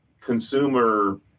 consumer